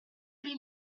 lui